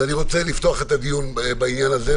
אז אני רוצה לפתוח את הדיון בעניין הזה.